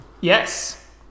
Yes